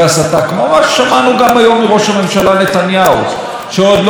שעוד לא גינה את הלינץ' שהיה בחיפה באנשי שפרעם,